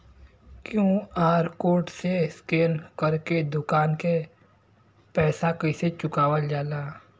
QR code से scan कर के दुकान के पैसा कैसे चुकावल जाला?